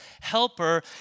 helper